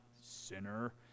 sinner